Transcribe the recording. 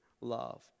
love